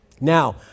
Now